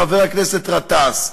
חבר הכנסת גטאס.